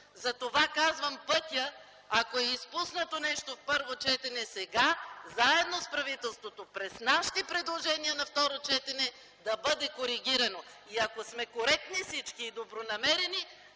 Затова казвам „пътят” – ако е изпуснато нещо от първо четене, сега заедно с правителството, чрез нашите предложения на второ четене да бъде коригирано. Ако всички сме коректни и добронамерени,